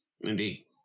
Indeed